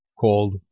called